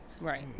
Right